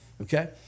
Okay